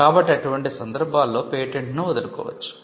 కాబట్టి అటువంటి సందర్భాల్లో పేటెంట్ను వదులుకోవచ్చు